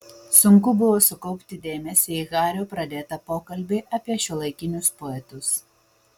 sunku buvo sukaupti dėmesį į hario pradėtą pokalbį apie šiuolaikinius poetus